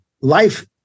Life